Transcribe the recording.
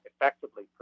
effectively